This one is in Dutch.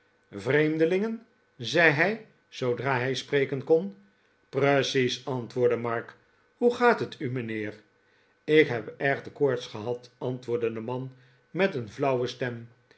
vreemdelingen zei hij zoodra hij spreken kon precies antwoordde mark hoe gaat het u mijnheer ik heb erg de koorts gehad antwoordde de man met een flauwe stem